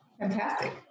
Fantastic